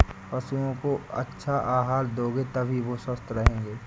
पशुओं को अच्छा आहार दोगे तभी वो स्वस्थ रहेंगे